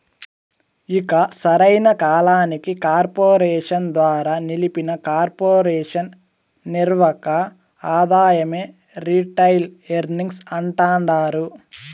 ఇక సరైన కాలానికి కార్పెరేషన్ ద్వారా నిలిపిన కొర్పెరేషన్ నిర్వక ఆదాయమే రిటైల్ ఎర్నింగ్స్ అంటాండారు